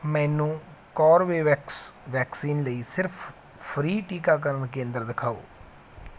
ਮੈਨੂੰ Corbevax vaccine ਲਈ ਸਿਰਫ਼ ਫ੍ਰੀ ਟੀਕਾਕਰਨ ਕੇਂਦਰ ਦਿਖਾਓ